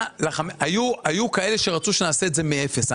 היו כאלה שרצו שנעשה את זה מאפס.